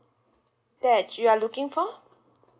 that you are looking for